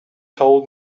told